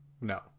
No